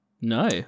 No